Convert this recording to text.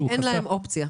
אין להם אופציה.